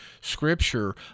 scripture